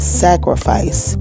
sacrifice